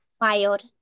wild